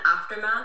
aftermath